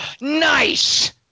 Nice